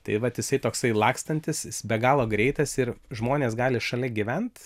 tai vat jisai toksai lakstantis jis be galo greitas ir žmonės gali šalia gyvent